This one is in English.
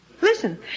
Listen